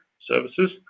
services